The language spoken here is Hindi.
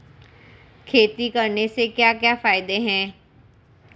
खेती करने से क्या क्या फायदे हैं?